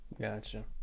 Gotcha